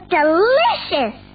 delicious